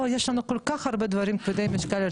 יש לנו כל כך הרבה דברים כבדי משקל על